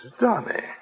Donnie